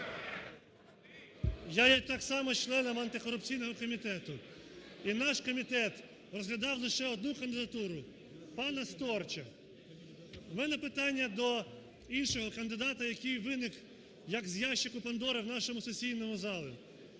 Я є так само членом антикорупційного комітету, і наш комітет розглядав лише одну кандидатуру – пана Сторча. У мене питання до іншого кандидата, який виник як з ящику Пандори в нашому сесійному залі.